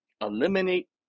eliminate